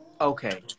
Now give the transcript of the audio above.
okay